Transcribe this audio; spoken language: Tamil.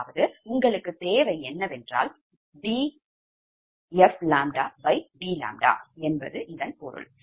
அதாவது உங்களுக்குத் தேவை dfd என்பது இதன் பொருள்